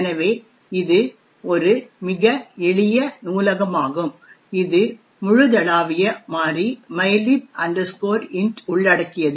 எனவே இது ஒரு மிக எளிய நூலகமாகும் இது முழுதளாவிய மாறி mylib int உள்ளடக்கியது